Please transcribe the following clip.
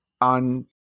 on